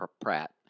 Pratt